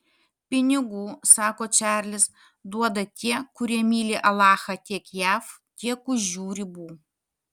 pinigų sako čarlis duoda tie kurie myli alachą tiek jav tiek už jų ribų